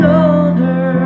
older